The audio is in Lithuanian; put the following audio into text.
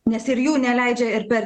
nes ir jų neleidžia ir per